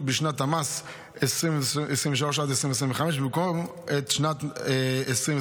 בשנת המס 2023 עד 2025 במקום את שנת 2025,